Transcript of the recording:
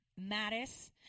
Mattis